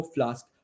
Flask